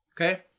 Okay